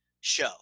show